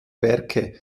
werke